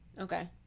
okay